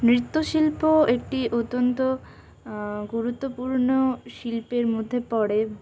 নৃত্যশিল্প একটি অত্যন্ত গুরুত্বপূর্ণ শিল্পের মধ্যে পড়ে